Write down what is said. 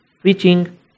preaching